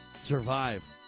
survive